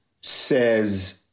says